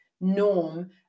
norm